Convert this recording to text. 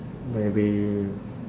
maybe